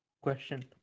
question